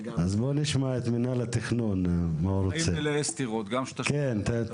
אז בוא נשמע את מינהל התכנון, כן תמשיכי.